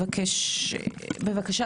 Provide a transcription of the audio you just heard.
בבקשה,